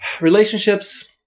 relationships